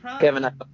Kevin